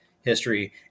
history